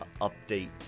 update